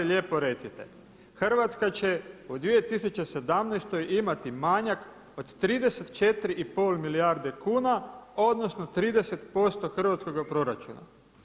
Lijepo recite Hrvatska će u 2017. imati manjak od 34 i pol milijarde kuna, odnosno 30% hrvatskoga proračuna.